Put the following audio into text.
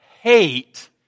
hate